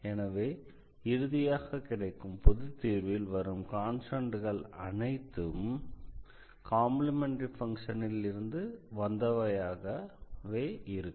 எனவே இறுதியாக கிடைக்கும் பொது தீர்வில் வரும் கான்ஸ்டண்ட்கள் அனைத்தும் காம்ப்ளிமெண்டரி ஃபங்ஷனில் இருந்து வந்தவையாகவே இருக்கும்